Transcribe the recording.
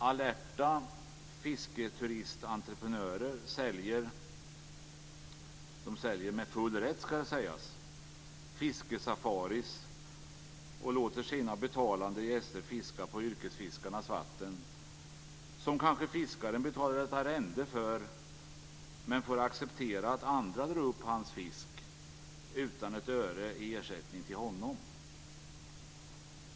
Alerta fisketuristentreprenörer säljer - med full rätt ska sägas - fiskesafarier och låter sina betalande gäster fiska på yrkesfiskarnas vatten, som fiskaren kanske betalar ett arrende för men får acceptera att andra drar upp hans fisk utan ett öre i ersättning till honom.